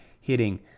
hitting